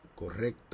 correcto